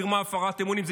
מרמה והפרת אמונים.